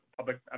public